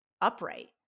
upright